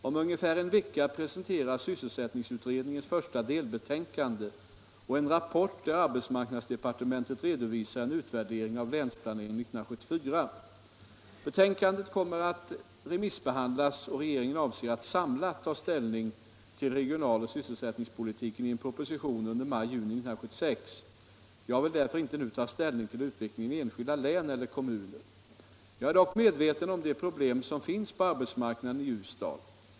Om ungefär en vecka presenteras sysselsättningsutredningens första delbetänkande och en rapport där arbetsmarknadsdepartementet redovisar en utvärdering av Länsplanering 1974. Betänkandena kommer att remissbehandlas, och re 203 geringen avser att samlat ta ställning till regionaloch sysselsättningspolitiken i en proposition under maj-juni 1976, Jag vill därför inte nu ta ställning till utvecklingen i enskilda län eller kommuner. Jag är dock medveten om de problem som finns på arbetsmarknaden i Ljusdal.